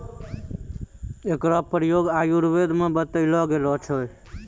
एकरो प्रयोग आयुर्वेद म बतैलो गेलो छै